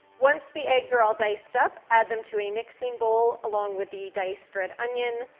once the eggs are all diced up, add them to a mixing bowl along with the diced red onion,